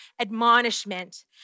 admonishment